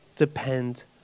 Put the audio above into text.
depend